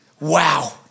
wow